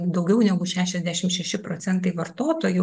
daugiau negu šešiasdešim šeši procentai vartotojų